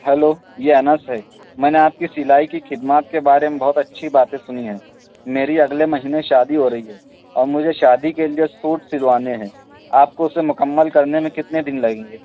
hello یہ انس ہے میں نے آپ کی سلائی کی خدمات کے بارے میں بہت اچھی باتیں سنی ہیں میری اگلے مہینے شادی ہو رہی ہے اور مجھے شادی کے لیے سوٹ سلوانے ہیں آپ کو اسے مکمل کرنے میں کتنے دن لگیں گے